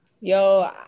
Yo